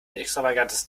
extravagantes